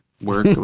work